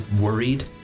worried